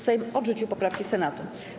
Sejm odrzucił poprawki Senatu.